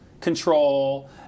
control